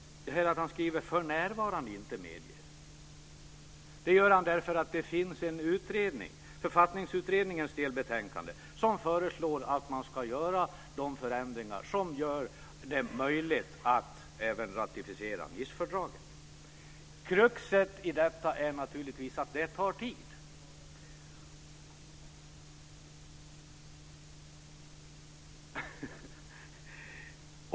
Att han skriver "för närvarande inte medger" gör han därför att det finns en utredning, Författningsutredningens delbetänkande, som föreslår att man ska göra de förändringar som gör det möjligt att även ratificera Nicefördraget. Kruxet i detta är naturligtvis att det tar tid.